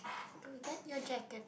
to get your jacket